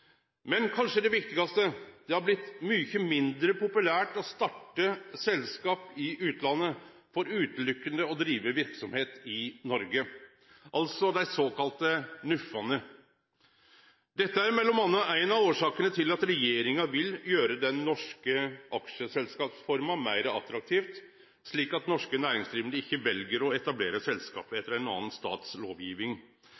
Men det viktigaste er kanskje at det har blitt mykje mindre populært å starte selskap i utlandet for utelukkande å drive verksemd i Noreg – altså dei sokalla NUF-ane. Dette er m.a. ein av årsakene til at regjeringa vil gjere den norske aksjeselskapsforma meir attraktiv, slik at norske næringsdrivande ikkje vel å etablere selskapet